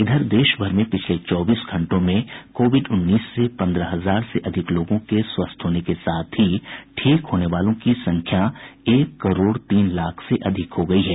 इधर देश भर में पिछले चौबीस घंटों में कोविड उन्नीस से पंद्रह हजार से अधिक लोगों के स्वस्थ होने के साथ ही ठीक होने वालों की संख्या एक करोड़ तीन लाख से अधिक हो गयी है